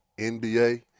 NBA